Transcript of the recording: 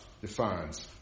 Defines